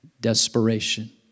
desperation